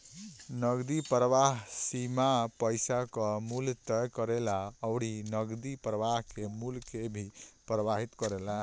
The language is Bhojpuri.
नगदी प्रवाह सीमा पईसा कअ मूल्य तय करेला अउरी नगदी प्रवाह के मूल्य के भी प्रभावित करेला